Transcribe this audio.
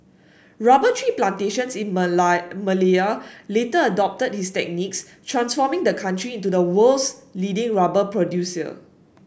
rubber tree plantations in Malaya later adopted his techniques transforming the country into the world's leading rubber producer